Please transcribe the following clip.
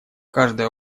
каждое